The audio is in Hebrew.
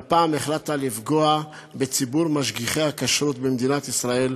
והפעם החלטת לפגוע בציבור משגיחי הכשרות במדינת ישראל,